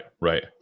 Right